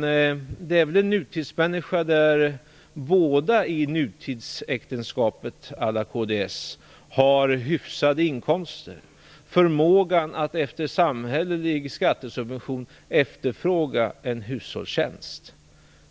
Det är väl en nutidsmänniska där båda i nutidsäktenskapet á la kds har hyfsade inkomster och förmåga att efter samhällelig skattesubvention efterfråga en hushållstjänst.